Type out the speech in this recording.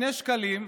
2 שקלים,